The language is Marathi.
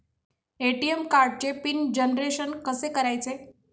ए.टी.एम कार्डचे पिन जनरेशन कसे करायचे?